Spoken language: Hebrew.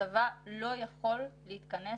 הצבא לא יכול להתכנס